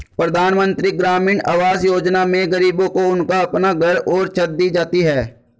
प्रधानमंत्री ग्रामीण आवास योजना में गरीबों को उनका अपना घर और छत दी जाती है